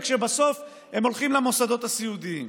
כשבסוף הם הולכים למוסדות הסיעודיים.